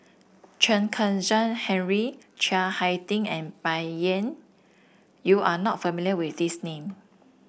Chen Kezhan Henri Chiang Hai Ding and Bai Yan you are not familiar with these name